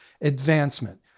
advancement